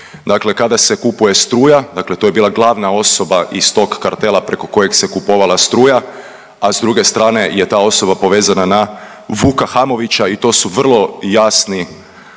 dakle kada se kupuje struja dakle to je bila glavna osoba iz tog kartela preko kojeg se kupovala struja, a s druge strane je ta osoba povezana na Vuka Hamovića i to su vrlo jasni